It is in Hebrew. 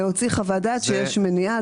להוציא חוות דעת שיש מניעה,